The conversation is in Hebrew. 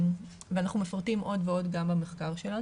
ואנחנו מפרטים עוד ועוד גם במחקר שלנו.